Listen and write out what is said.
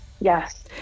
Yes